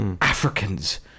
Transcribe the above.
Africans